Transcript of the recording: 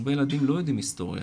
הרבה ילדים היום לא יודעים היסטוריה,